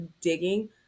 digging